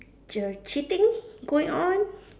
ch~ cheating going on